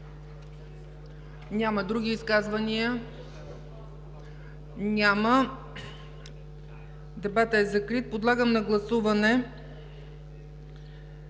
Няма. Други изказвания? Няма. Дебатът е закрит. Подлагам на гласуване